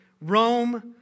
Rome